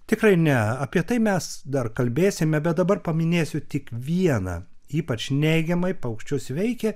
tikrai ne apie tai mes dar kalbėsime bet dabar paminėsiu tik vieną ypač neigiamai paukščius veikia